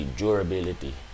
durability